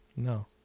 No